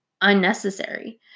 unnecessary